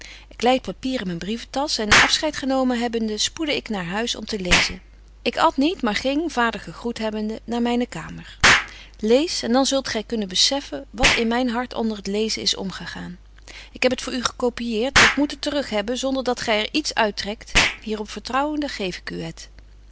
ik lei het papier in myn brieventas en afscheid genomen hebbende spoedde ik naar huis om te lezen ik at niet maar ging vader gegroet hebbende naar myne kamer lees en dan zult gy kunnen bezeffen wat in myn hart onder het lezen is omgegaan ik heb het voor u gecopiëert doch moet het te rug hebben zonder dat gy er iets uittrekt hier op vertrouwende geef ik u